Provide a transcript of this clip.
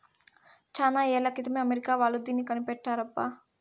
చానా ఏళ్ల క్రితమే అమెరికా వాళ్ళు దీన్ని కనిపెట్టారబ్బా